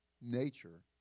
nature